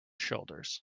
shoulders